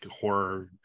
horror